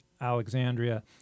Alexandria